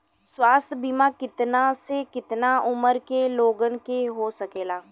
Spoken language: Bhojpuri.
स्वास्थ्य बीमा कितना से कितना उमर के लोगन के हो सकेला?